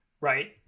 right